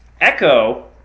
Echo